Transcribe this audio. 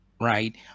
right